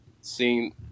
seeing